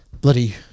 Bloody